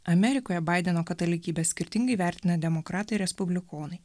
amerikoje baideno katalikybę skirtingai vertina demokratai respublikonai